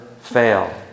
fail